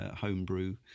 homebrew